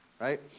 right